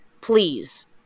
please